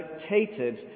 dictated